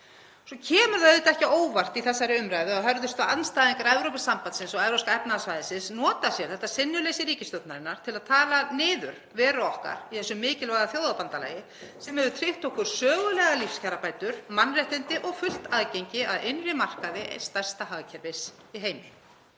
Það kemur heldur ekki á óvart í þessari umræðu að hörðustu andstæðingar Evrópusambandsins og Evrópska efnahagssvæðisins nota sér þetta sinnuleysi ríkisstjórnarinnar til að tala niður veru okkar í þessu mikilvæga þjóðabandalagi sem hefur tryggt okkur sögulegar lífskjarabætur, mannréttindi og fullt aðgengi að innri markaði eins stærsta hagkerfis í heimi.